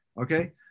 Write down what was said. okay